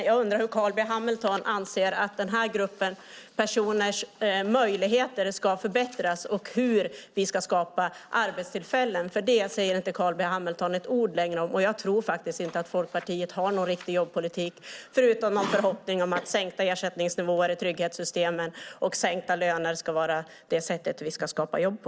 Jag undrar hur Carl B Hamilton anser att den här gruppen personers möjligheter ska förbättras och hur vi ska skapa arbetstillfällen. Det säger inte Carl B Hamilton ett ord om. Jag tror inte att Folkpartiet har någon riktig jobbpolitik förutom någon förhoppning om att sänkta ersättningsnivåer i trygghetssystemen och sänkta löner är det sätt vi ska skapa jobb på.